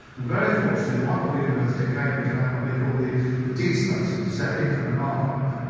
and very fortunately, the wonderful university of cambridge have what they call the the dspace, which is their infinite archive.